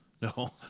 No